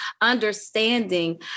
understanding